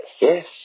Yes